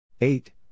Eight